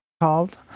called